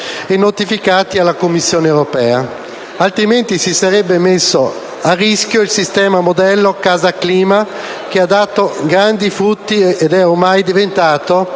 Grazie,